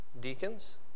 deacons